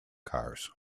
cars